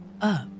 up